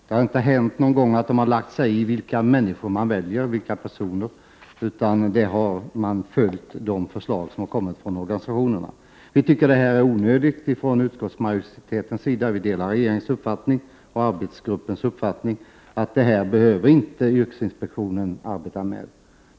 Det har inte någon gång hänt att yrkesinspektionen har lagt sig i vilka som väljs, utan yrkesinspektionen har följt de förslag som har kommit från organisationerna. Vi från utskottsmajoritetens sida tycker att detta är onödigt, och vi delar regeringens och arbetsgruppens uppfattning att detta behöver yrkesinspektionen inte arbeta med.